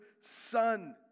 son